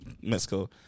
Mexico